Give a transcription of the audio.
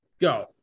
go